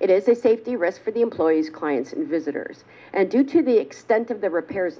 it is a safety risk for the employees clients and visitors and due to the extent of the repairs